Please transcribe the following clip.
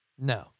No